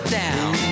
down